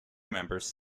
members